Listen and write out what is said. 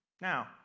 Now